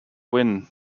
win